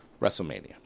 WrestleMania